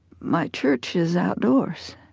my church is outdoors